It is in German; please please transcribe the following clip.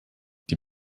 die